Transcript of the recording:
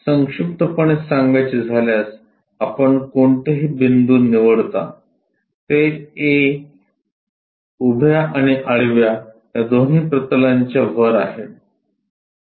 तर संक्षिप्तपणे सांगायचे झाल्यास आपण कोणतेही बिंदू निवडता ते A उभ्या आणि आडव्या या दोन्ही प्रतलाच्या वर आहे